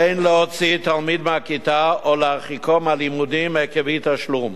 אין להוציא תלמיד מהכיתה או להרחיקו מהלימודים עקב אי-תשלום,